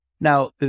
now